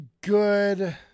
good